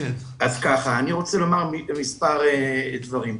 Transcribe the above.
אני רוצה לומר מספר דברים.